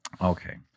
okay